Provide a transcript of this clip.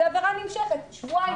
זה עבירה נמשכת במשך שבועיים,